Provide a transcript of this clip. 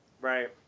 right